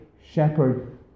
shepherd